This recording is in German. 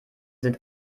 sind